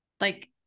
Like-